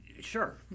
Sure